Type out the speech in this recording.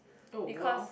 because